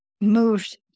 moved